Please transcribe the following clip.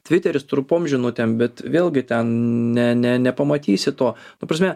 tviteris trumpom žinutėm bet vėlgi ten ne ne nepamatysi to ta prasme